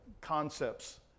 concepts